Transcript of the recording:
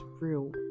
real